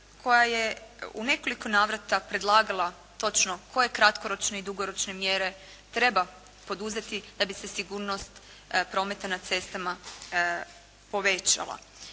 koja je u nekoliko navrata predlagala točno koje kratkoročne i dugoročne mjere treba poduzeti da bi se sigurnost prometa na cestama povećala.